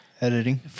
editing